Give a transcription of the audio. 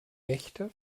nächte